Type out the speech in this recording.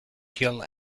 kill